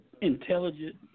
intelligent